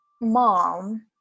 mom